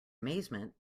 amazement